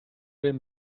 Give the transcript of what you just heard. den